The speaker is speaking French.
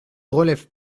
relève